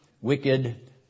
wicked